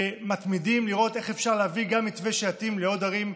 מתמידים לראות איך אפשר להביא גם מתווה שיתאים לעוד ערים,